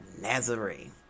Nazarene